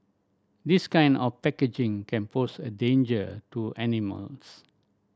this kind of packaging can pose a danger to animals